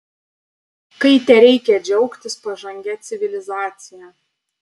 kai tereikia džiaugtis pažangia civilizacija